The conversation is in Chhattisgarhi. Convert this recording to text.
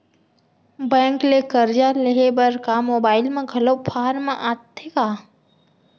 बैंक ले करजा लेहे बर का मोबाइल म घलो फार्म आथे का?